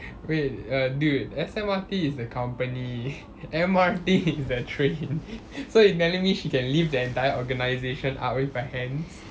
wait err dude S_M_R_T is a company M_R_T is the train so you telling me she can lift the entire organisation up with her hands